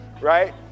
right